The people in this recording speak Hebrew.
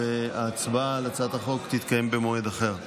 וההצבעה על הצעת החוק יתקיימו במועד אחר.